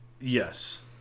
Yes